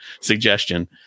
suggestion